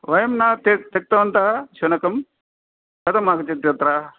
वयं न त्यक् त्यक्तवन्तः शुनकम् कथमागच्छति तत्र